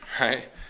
right